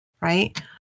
right